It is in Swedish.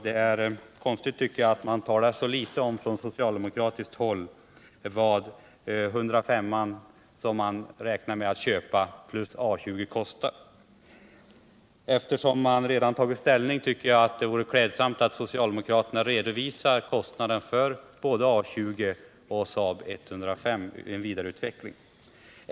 Jag tycker att det är underligt att man från socialdemokratiska håll talar så litet om vad kostnaden skulle bli för 105:an plus A 20. Eftersom socialdemokraterna redan tagit ställning vore det klädsamt om de också redovisade den sammanlagda kostnaden för en vidareutveckling av A 20 och Saab 105.